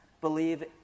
Believe